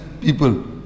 people